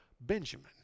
Benjamin